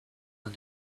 and